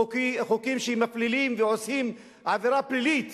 חוקים שמפלילים ועושים עבירה פלילית